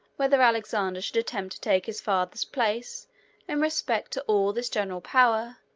whether alexander should attempt to take his father's place in respect to all this general power,